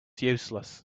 useless